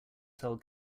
cell